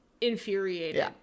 infuriated